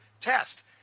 test